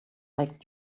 like